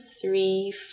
three